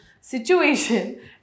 situation